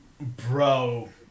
Bro